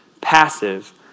passive